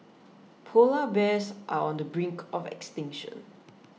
Polar Bears are on the brink of extinction